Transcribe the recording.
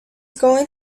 going